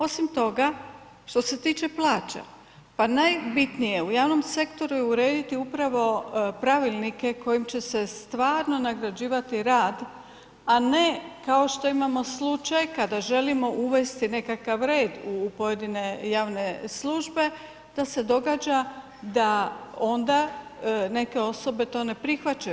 Osim toga, što se tiče plaća pa najbitnije je u javnom sektoru urediti upravo pravilnike kojim će se stvarno nagrađivati rad, a ne kao što imamo slučaj kada želimo uvesti nekakav red u pojedine javne službe da se događa da ona neke osobe to ne prihvaćaju.